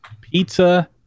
pizza